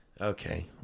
Okay